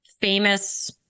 famous